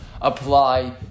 apply